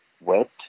wet